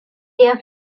their